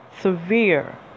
severe